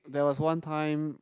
there was one time